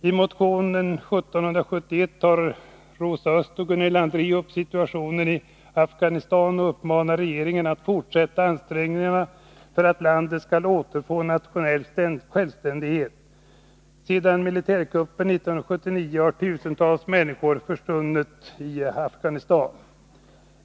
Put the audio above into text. I motion 1771 tar Rosa Östh och Gunilla André upp situationen i Afghanistan och uppmanar regeringen att fortsätta ansträngningarna för att landet skall återfå nationell självständighet. Efter militärkuppen 1979 har tusentals människor försvunnit i Afghanistan.